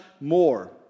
more